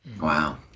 Wow